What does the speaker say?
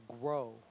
grow